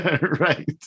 right